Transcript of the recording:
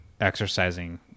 exercising